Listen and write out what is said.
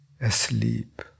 asleep